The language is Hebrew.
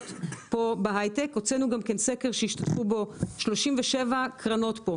חברות היי-טק שנמצאות כאן.